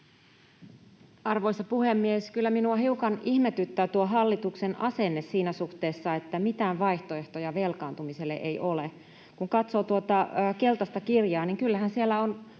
Arvoisa puhemies! Kyllä minua hiukan ihmetyttää tuo hallituksen asenne siinä suhteessa, että mitään vaihtoehtoja velkaantumiselle ei ole. Kun katsoo tuota keltaista kirjaa, niin kyllähän siellä on